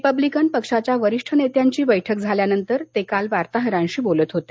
Republican पक्षाच्या वरिष्ठ नेत्यांची बैठक झाल्यानंतर ते वार्ताहरांशी बोलत होते